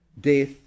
Death